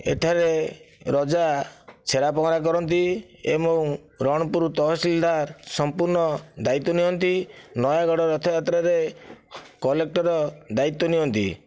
ଏଠାରେ ରାଜା ଛେରା ପହଁରା କରନ୍ତି ଏବଂ ରଣପୁର ତହସିଲଦାର ସମ୍ପୂର୍ଣ୍ଣ ଦାୟିତ୍ୱ ନିଅନ୍ତି ନୟାଗଡ଼ ରଥଯାତ୍ରାରେ କଲେକ୍ଟର ଦାୟିତ୍ୱ ନିଅନ୍ତି